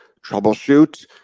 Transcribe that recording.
troubleshoot